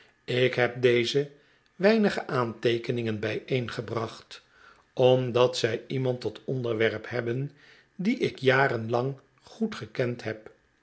ik heb deze weinige aanteekeningen bijeengebracht omdat zij iemand tot onderwerp hebben die ik jarenlang goed gekend heb